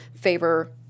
favor